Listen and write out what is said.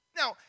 Now